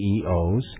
CEOs